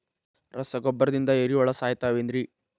ರಸಗೊಬ್ಬರದಿಂದ ಏರಿಹುಳ ಸಾಯತಾವ್ ಏನ್ರಿ?